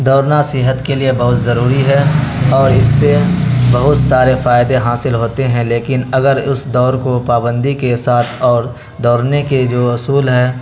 دوڑنا صحت کے لیے بہت ضروری ہے اور اس سے بہت سارے فائدے حاصل ہوتے ہیں لیکن اگر اس دوڑ کو پابندی کے ساتھ اور دوڑنے کے جو اصول ہیں